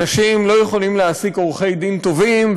אנשים לא יכולים להעסיק עורכי דין טובים,